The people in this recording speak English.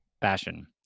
fashion